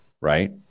right